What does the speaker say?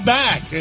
back